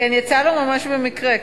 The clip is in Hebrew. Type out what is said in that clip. יצא לו ממש במקרה,